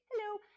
hello